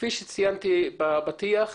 כפי שציינתי בפתיח,